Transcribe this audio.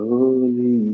Holy